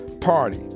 Party